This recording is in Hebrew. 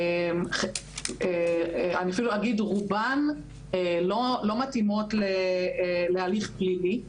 שאני אפילו אגיד שרובן לא מתאימות להליך פלילי,